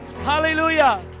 Hallelujah